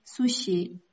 sushi